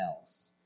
else